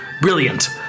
brilliant